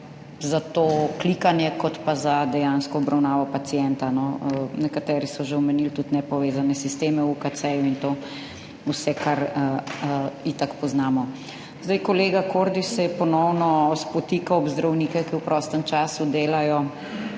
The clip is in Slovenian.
za to klikanje kot pa za dejansko obravnavo pacienta. Nekateri so že omenili tudi nepovezane sisteme v UKC in to vse, kar itak poznamo. Kolega Kordiš se je ponovno spotikal ob zdravnike, ki v prostem času delajo